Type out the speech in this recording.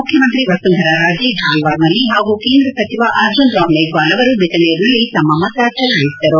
ಮುಖ್ಯಮಂತ್ರಿ ವಸುಂಧರಾ ರಾಜೇ ಝಾಲ್ವಾರ್ನಲ್ಲಿ ಪಾಗೂ ಕೇಂದ್ರ ಸಚಿವ ಅರ್ಜುನ್ ರಾಮ್ ಮೇಫ್ವಾಲ್ ಅವರು ಬಿಕನೇರ್ನಲ್ಲಿ ತಮ್ಮ ಮತ ಚಲಾಯಿಸಿದರು